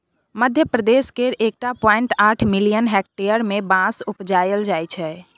मध्यप्रदेश केर एक पॉइंट आठ मिलियन हेक्टेयर मे बाँस उपजाएल जाइ छै